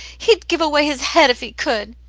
he'd give away his head if he could.